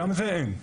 גם את זה אין.